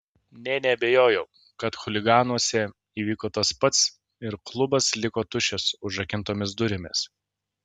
nė neabejojau kad chuliganuose įvyko tas pats ir klubas liko tuščias užrakintomis durimis